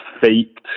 faked